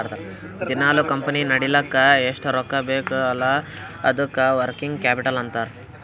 ದಿನಾಲೂ ಕಂಪನಿ ನಡಿಲ್ಲಕ್ ಎಷ್ಟ ರೊಕ್ಕಾ ಬೇಕ್ ಅಲ್ಲಾ ಅದ್ದುಕ ವರ್ಕಿಂಗ್ ಕ್ಯಾಪಿಟಲ್ ಅಂತಾರ್